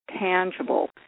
tangible